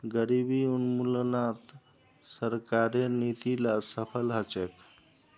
गरीबी उन्मूलनत सरकारेर नीती ला सफल ह छेक